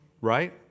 right